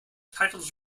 titles